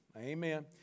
Amen